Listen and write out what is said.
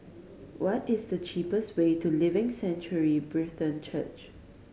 what is the cheapest way to Living Sanctuary Brethren Church